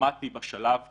אוטומטי בשלב הראשוני,